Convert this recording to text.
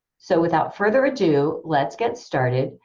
so without further ado let's get started!